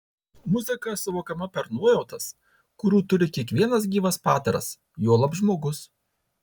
muzika suvokiama per nuojautas kurių turi kiekvienas gyvas padaras juolab žmogus